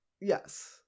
Yes